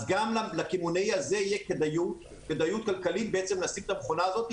אז גם לקמעונאי הזה תהיה כדאיות כלכלית לשים את המכונה הזאת,